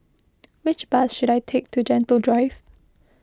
which bus should I take to Gentle Drive